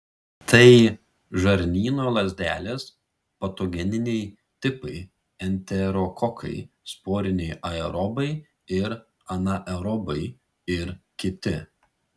tai žarnyno lazdelės patogeniniai tipai enterokokai sporiniai aerobai ir anaerobai ir kiti